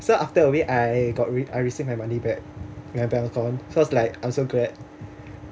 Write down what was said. so after a week I got re~ I received my money back in my bank account so I was like I'm so glad